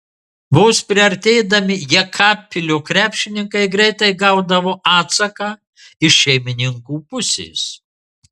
vos priartėdami jekabpilio krepšininkai greitai gaudavo atsaką iš šeimininkų pusės